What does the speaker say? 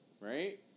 right